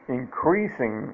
increasing